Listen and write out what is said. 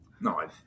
No